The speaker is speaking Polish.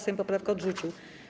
Sejm poprawkę odrzucił.